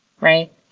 Right